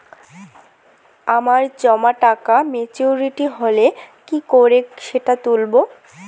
আমার জমা টাকা মেচুউরিটি হলে কি করে সেটা তুলব?